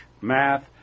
math